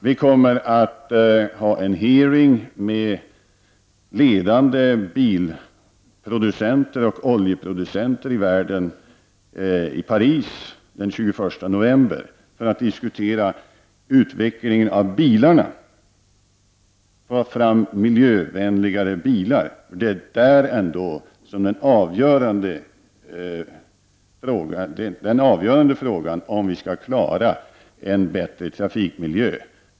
Vi kommer att ha en hearing med ledande biloch oljeproducenter i världen i Paris den 21 november för att diskutera utvecklingen av bilarna och få fram miljövänligare bilar. Detta är en avgörande fråga om vi skall klara bättre trafikmiljö.